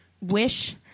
wish